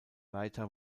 leiter